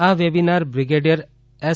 આ webinar brigadier S